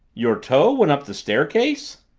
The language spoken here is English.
your toe went up the staircase?